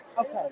Okay